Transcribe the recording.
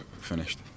finished